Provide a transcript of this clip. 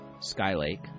Skylake